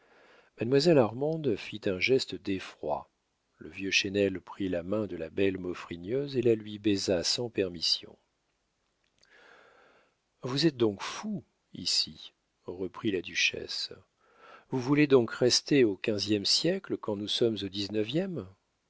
mademoiselle armande fit un geste d'effroi le vieux chesnel prit la main de la belle maufrigneuse et la lui baisa sans permission vous êtes donc fous ici reprit la duchesse vous voulez donc rester au quinzième siècle quand nous sommes au dix-neuvième